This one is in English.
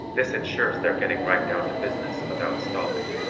this insures their getting right down to business without stalling,